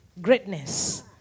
greatness